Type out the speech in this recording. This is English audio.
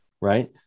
right